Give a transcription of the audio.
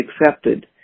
accepted